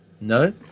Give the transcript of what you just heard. No